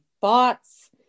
bots